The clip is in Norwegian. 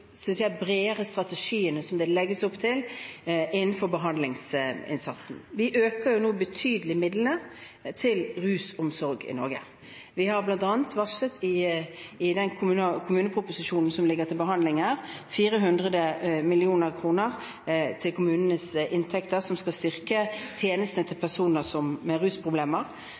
jeg – bredere strategiene som det legges opp til innenfor behandlingsinnsatsen. Vi øker nå midlene til rusomsorg i Norge betydelig. Vi har bl.a. varslet om – i den kommuneproposisjonen som ligger til behandling her – 400 mill. kr til kommunenes inntekter, som skal styrke tjenestene til